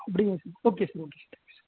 அப்படிங்களா sir okay sir okay sir okay sir